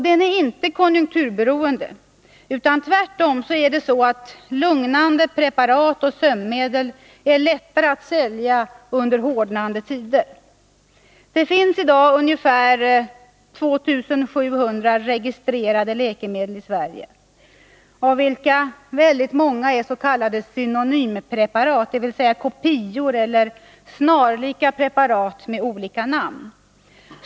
Den är inte konjunkturbetonad, utan tvärtom är det så att lugnande preparat och sömnmedel är lättare att ”sälja” under hårdnande tider. Det finns i dag ungefär 2 700 registrerade läkemedel i Sverige, av vilka väldigt många är s.k. synonympreparat, dvs. kopior eller snarlika preparat med olika namn.